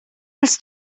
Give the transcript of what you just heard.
als